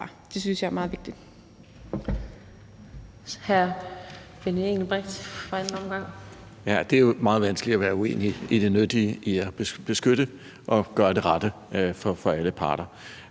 Det synes jeg er meget vigtigt.